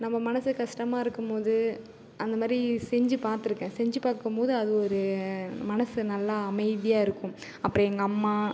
நம்ம மனசு கஷ்டமாக இருக்கும் போது அந்தமாதிரி செஞ்சு பார்த்துருக்கேன் செஞ்சு பார்க்கும் போது அது ஒரு மனசு நல்லா அமைதியாக இருக்கும் அப்புறம் எங்கள் அம்மா